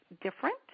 different